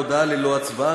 והודעה ללא הצבעה.